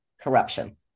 corruption